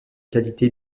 qualité